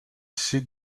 sea